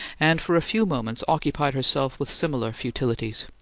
and for a few moments occupied herself with similar futilities,